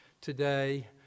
today